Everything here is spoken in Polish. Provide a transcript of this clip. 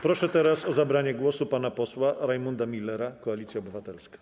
Proszę teraz o zabranie głosu pana posła Rajmunda Millera, Koalicja Obywatelska.